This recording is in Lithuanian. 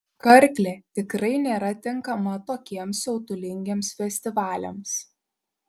karklė tikrai nėra tinkama tokiems siautulingiems festivaliams